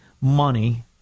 money